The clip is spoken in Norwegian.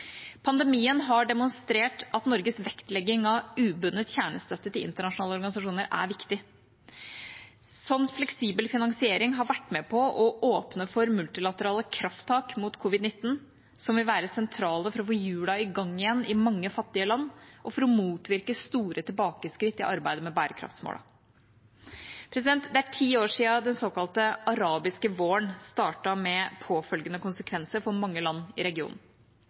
Pandemien har demonstrert at Norges vektlegging av ubundet kjernestøtte til internasjonale organisasjoner er viktig. Slik fleksibel finansiering har vært med på å åpne for multilaterale krafttak mot covid-19 som vil være sentrale for å få hjulene i gang igjen i mange fattige land og for å motvirke store tilbakeskritt i arbeidet med bærekraftsmålene. Det er ti år siden den såkalte arabiske våren startet, med påfølgende konsekvenser for mange land i regionen.